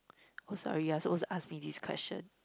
oh sorry you're supposed to ask me this question